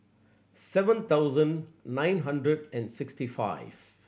seven thousand nine hundred and sixty five